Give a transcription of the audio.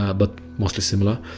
ah but mostly similar.